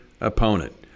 opponent